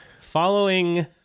following